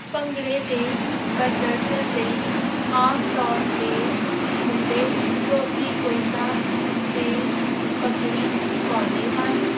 ਭੰਗੜੇ ਦੇ ਪ੍ਰਦਰਸ਼ਨ ਲਈ ਆਮ ਤੌਰ 'ਤੇ ਮੁੰਡੇ ਧੋਤੀ ਕੁੜਤਾ ਅਤੇ ਪੱਗੜੀ ਪਾਉਂਦੇ ਹਨ